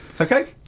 Okay